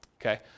Okay